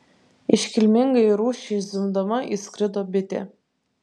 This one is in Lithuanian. iškilmingai ir rūsčiai zvimbdama įskrido bitė